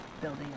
building